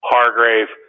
Hargrave